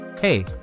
Hey